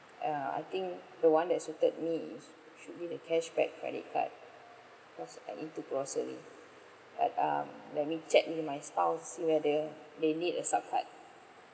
uh I think the one that suited me is should be the cashback credit card because I need to grocery but um let me check with my spouse see whether they need a sup card